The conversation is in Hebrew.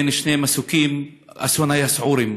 בין שני מסוקים, אסון היסעורים.